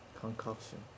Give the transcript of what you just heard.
Concoction